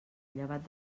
llevat